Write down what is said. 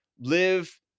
live